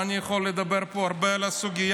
אני יכול לדבר פה הרבה על הסוגיה.